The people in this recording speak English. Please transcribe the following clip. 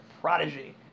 Prodigy